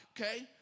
Okay